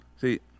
See